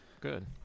Good